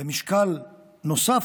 ומשקל נוסף,